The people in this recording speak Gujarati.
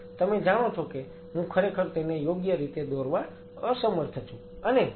તમે જાણો છો કે હું ખરેખર તેને યોગ્ય રીતે દોરવામાં અસમર્થ છું